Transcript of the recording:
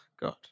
god